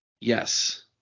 Yes